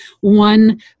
One